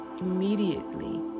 immediately